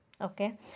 Okay